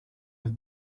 have